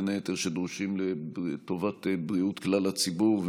שבין היתר דרושים לטובת בריאות כלל הציבור,